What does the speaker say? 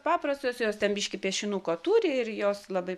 paprastos jos ten biškį piešinuko turi ir jos labai